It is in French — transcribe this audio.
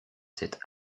cette